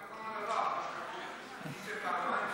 אם זה פעמיים בשנה,